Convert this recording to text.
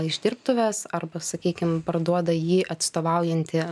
iš dirbtuves arba sakykim parduoda jį atstovaujanti